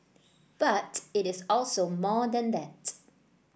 but it is also more than that